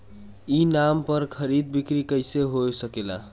ई नाम पर खरीद बिक्री कैसे हो सकेला?